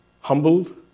humbled